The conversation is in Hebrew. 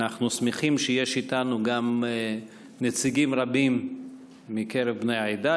אנחנו שמחים שיש איתנו גם נציגים רבים מקרב בני העדה,